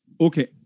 okay